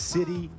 City